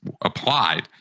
applied